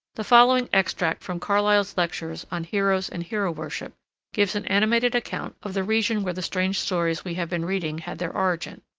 the following extract from carlyle's lectures on heroes and hero worship gives an animated account of the region where the strange stories we have been reading had their origin.